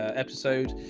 ah episode,